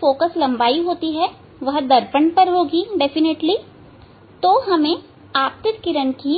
focus लंबाई दर्पण पर होगी तो आपको आपतित किरण की